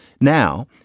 now